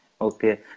Okay